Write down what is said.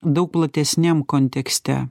daug platesniam kontekste